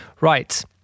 Right